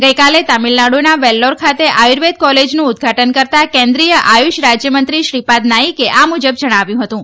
ગઇકાલે તમિલનાડુના વેલ્લોર ખાતે આયુર્વેદ કોલેજનું ઉદ્દઘાટન કરતાં કેન્દ્રિય આયુષ રાજ્યમંત્રી શ્રીપાદ નાઇકે આ મુજબ જણાવ્યું હતું